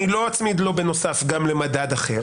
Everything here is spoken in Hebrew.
אני לא אצמיד לו בנוסף גם למדד אחר